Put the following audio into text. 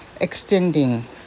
extending